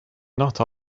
not